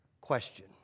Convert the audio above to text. question